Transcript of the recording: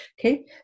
okay